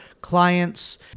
clients